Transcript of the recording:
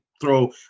throw